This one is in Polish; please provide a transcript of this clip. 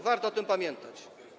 Warto o tym pamiętać.